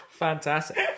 fantastic